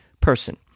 person